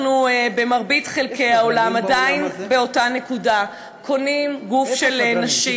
במרבית חלקי העולם אנחנו עדיין באותה נקודה: קונים גוף של נשים,